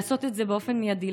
לעשות את זה באופן מיידי,